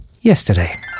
yesterday